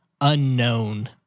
unknown